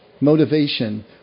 motivation